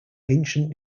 ancient